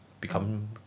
become